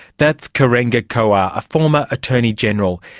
that's kerengua kua, a former attorney general.